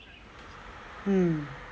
mm